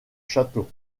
château